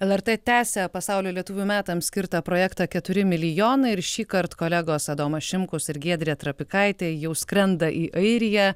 lrt tęsia pasaulio lietuvių metams skirtą projektą keturi milijonai ir šįkart kolegos adomas šimkus ir giedrė trapikaitė jau skrenda į airiją